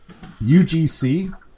UGC